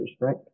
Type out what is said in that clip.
right